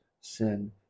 sin